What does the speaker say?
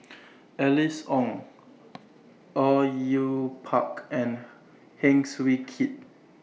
Alice Ong Au Yue Pak and Heng Swee Keat